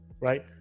right